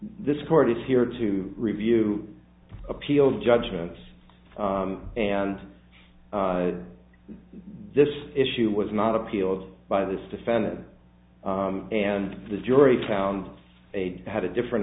this court is here to review appeal judgments and this issue was not appealed by this defendant and the jury found they had a different